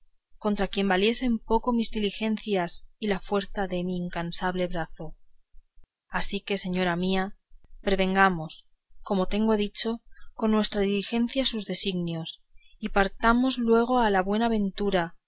contra quien valiesen poco mis diligencias y la fuerza de mi incansable brazo así que señora mía prevengamos como tengo dicho con nuestra diligencia sus designios y partámonos luego a la buena ventura